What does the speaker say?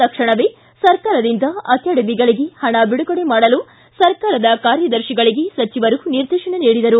ತಕ್ಷಣವೇ ಸರ್ಕಾರದಿಂದ ಆಕಾಡೆಮಿಗಳಿಗೆ ಹಣ ಬಿಡುಗಡೆ ಮಾಡಲು ಸರ್ಕಾರದ ಕಾರ್ಯದರ್ಶಿಗಳಿಗೆ ಸಚಿವರು ನಿರ್ದೇಶನ ನೀಡಿದರು